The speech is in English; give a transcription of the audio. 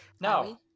No